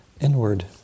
inward